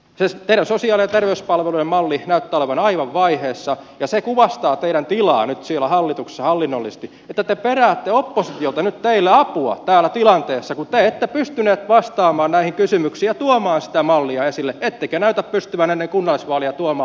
siis teidän sosiaali ja terveyspalveluiden mallinne näyttää olevan aivan vaiheessa ja se kuvastaa teidän tilaanne nyt siellä hallituksessa hallinnollisesti että te peräätte oppositiolta nyt teille apua tässä tilanteessa kun te ette pystyneet vastaamaan näihin kysymyksiin ja tuomaan sitä mallia esille ettekä näytä pystyvän ennen kunnallisvaaleja tuomaan